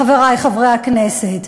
חברי חברי הכנסת?